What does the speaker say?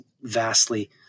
vastly